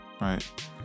Right